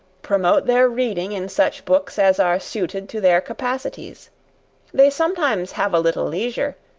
promote their reading in such books as are suited to their capacities they sometimes have a little leisure,